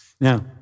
Now